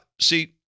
see